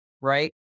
Right